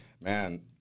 Man